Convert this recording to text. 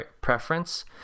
preference